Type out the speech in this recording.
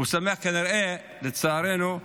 הוא שמח, כנראה, לצערנו,